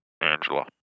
Angela